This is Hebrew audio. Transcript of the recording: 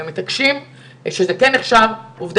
הם מתעקשים שזה כן נחשב כעבירה.